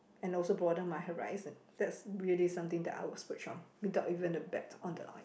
and also broaden my horizon that's really something that I would splurge on without even a bat on the eye